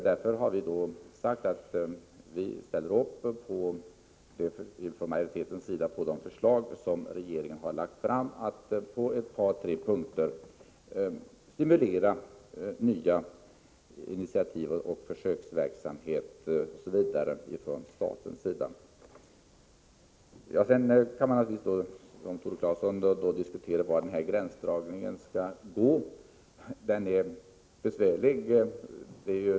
Därför har majoriteten sagt att den på ett par tre punkter ställer upp på de förslag som regeringen har lagt fram. Avsikten är då att från statens sida stimulera bl.a. nya initiativ och försöksverksamhet. Sedan kan man naturligtvis som Tore Claeson diskutera hur gränsdragningen skall göras. Den är besvärlig.